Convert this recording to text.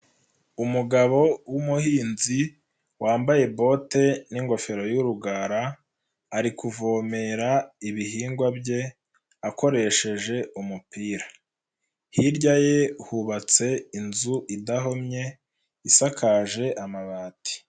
Umugabo w'umuhinzi wambaye bote n'ingofero y'urugara ari kuvomera ibihingwa bye akoresheje umupira, hirya ye hubatse inzu idahomye isakaje amabati.